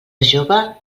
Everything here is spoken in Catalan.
jove